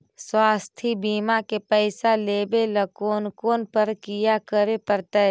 स्वास्थी बिमा के पैसा लेबे ल कोन कोन परकिया करे पड़तै?